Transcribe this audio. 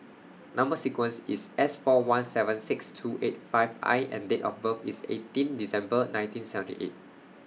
Number sequence IS S four one seven six two eight five I and Date of birth IS eighteen December nineteen seventy eight